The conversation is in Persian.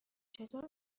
چطور